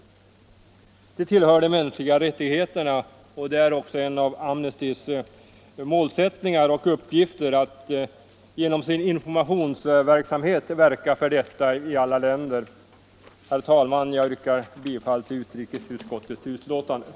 Det tillhör de mänskliga rättigheterna, och det är också en av Amnestys målsättningar och uppgifter att genom sin information verka för detta i alla länder. Herr talman! Jag yrkar bifall till utrikesutskottets hemställan.